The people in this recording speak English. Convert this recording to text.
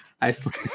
iceland